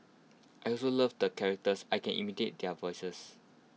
I also love the characters I can imitate their voices